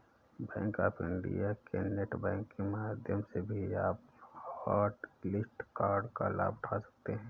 bank of India के net banking माध्यम से भी आप हॉटलिस्ट कार्ड का लाभ उठा सकते हैं